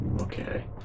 okay